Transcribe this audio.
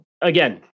again